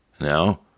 No